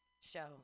show